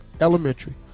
elementary